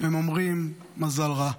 הם אומרים: מזל רע.